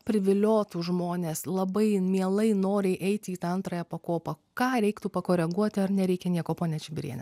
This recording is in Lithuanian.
priviliotų žmones labai mielai noriai eiti į tą antrąją pakopą ką reiktų pakoreguoti ar nereikia nieko ponia čibiriene